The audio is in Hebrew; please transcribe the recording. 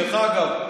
דרך אגב,